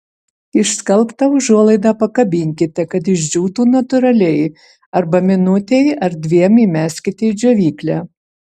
išskalbtą užuolaidą pakabinkite kad išdžiūtų natūraliai arba minutei ar dviem įmeskite į džiovyklę